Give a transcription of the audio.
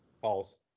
false